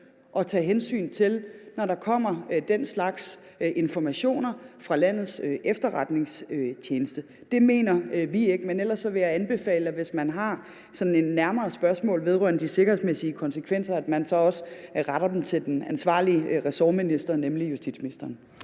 at tage hensyn til det, når der kommer den slags informationer fra landets efterretningstjeneste. Det mener vi ikke at det er. Men ellers vil jeg anbefale, at man, hvis man sådan har nærmere spørgsmål vedrørende de sikkerhedsmæssige konsekvenser, så også retter dem til den ansvarlige ressortminister, nemlig justitsministeren.